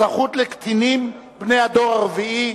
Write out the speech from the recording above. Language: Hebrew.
אזרחות לקטינים בני הדור הרביעי),